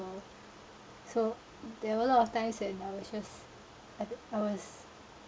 so there were a lot of times then I was just I I was